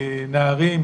נערים,